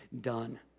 done